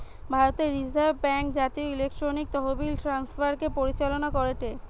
ভারতের reserve bank জাতীয় electronic তহবিল ট্রান্সফার কে পরিচালনা করেটে